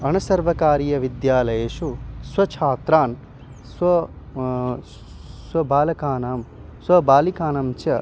अनसर्वकारीय विद्यालयेषु स्वछात्रान् स्व स्व बालकानां स्व बालिकानां च